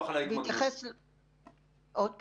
עוד פעם?